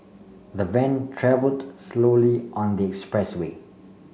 the van travelled slowly on the expressway